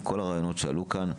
כל הרעיונות שעלו כאן.